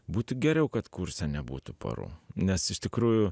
būtų geriau kad kurse nebūtų porų nes iš tikrųjų